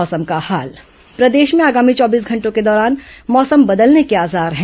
मौसम प्रदेश में आगामी चौबीस घंटों के दौरान मौसम बदलने के आसार हैं